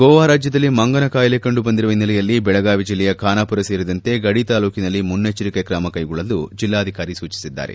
ಗೋವಾ ರಾಜ್ಯದಲ್ಲಿ ಮಂಗನ ಕಾಯಿಲೆ ಕಂಡುಬಂದಿರುವ ಹಿನ್ನೆಲೆಯಲ್ಲಿ ಬೆಳಗಾವಿ ಜಿಲ್ಲೆಯ ಖಾನಾಪುರ ಸೇರಿದಂತೆ ಗಡಿ ತಾಲ್ಲೂಕಿನಲ್ಲಿ ಮುನ್ನೆಚ್ಚರಿಕೆ ಕ್ರಮ ಕೈಗೊಳ್ಳಲು ಜಿಲ್ಲಾಧಿಕಾರಿ ಸೂಚಿಸಿದ್ದಾರೆ